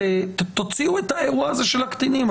תוציאו את האירוע הזה של הקטינים.